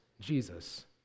Jesus